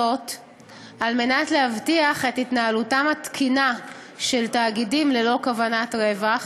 כדי להבטיח את התנהלותם התקינה של תאגידים ללא כוונת רווח